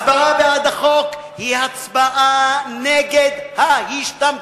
הצבעה בעד החוק היא הצבעה נגד ההשתמטות.